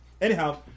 Anyhow